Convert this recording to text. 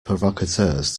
provocateurs